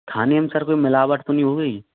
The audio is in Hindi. खाने में सर कोई मिलावट तो नहीं होगी